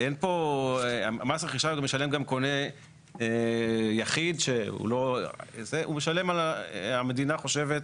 מס רכישה משלם גם קונה יחיד, המדינה חושבת,